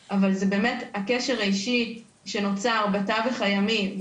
אבל באמת הקשר האישי שנוצר בתווך הימי,